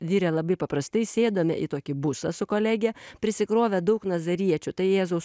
virė labai paprastai sėdome į tokį busą su kolege prisikrovę daug nazariečių tai jėzaus